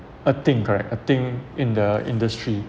a thing correct a thing in the industry